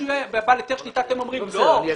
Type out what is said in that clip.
שיהיה בעל היתר שליטה ואתם אומרים לא?